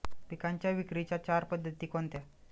पिकांच्या विक्रीच्या चार पद्धती कोणत्या?